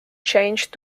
changed